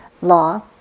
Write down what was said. law